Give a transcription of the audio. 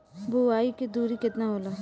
बुआई के दुरी केतना होला?